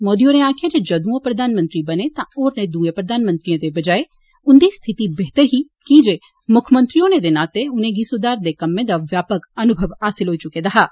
मोदी होरें आक्खेआ जे जदूं ओ प्रधानमंत्री बने तां होर द्रए प्रधानमंत्रियों दे बजाए उन्दी स्थिति बेहतर ही कि जे मुख्यमंत्री होने दे नाते उनें गी सुधार दे कम्मे दा व्यापक अन्भव प्राप्त होई च्के दा हा